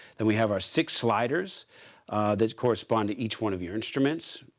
then we have our six sliders that correspond to each one of your instruments,